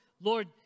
Lord